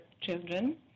children